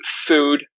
food